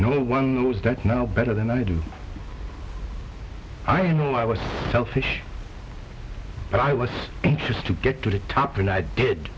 no one knows that now better than i do i know i was selfish and i was anxious to get to the top and i did